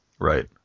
Right